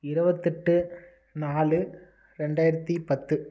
இருபத்தெட்டு நாலு ரெண்டாயிரத்தி பத்து